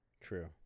True